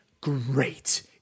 great